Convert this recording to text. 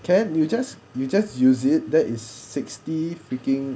can you just you just use it that is sixty freaking